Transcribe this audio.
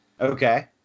Okay